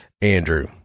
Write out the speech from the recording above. Andrew